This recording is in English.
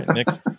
next